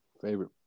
Favorite